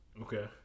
Okay